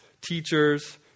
teachers